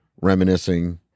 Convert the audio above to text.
reminiscing